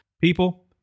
People